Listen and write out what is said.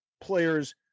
players